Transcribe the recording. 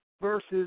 versus